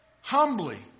humbly